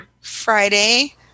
Friday